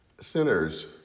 sinners